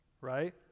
Right